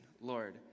Lord